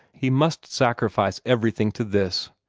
he must sacrifice everything to this,